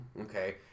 okay